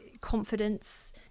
confidence